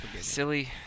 Silly